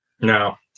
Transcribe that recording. no